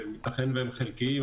שייתכן והם חלקיים,